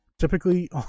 Typically